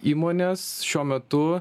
įmonės šiuo metu